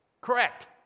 Correct